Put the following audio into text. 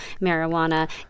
marijuana